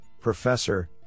Professor